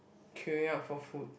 queuing up for food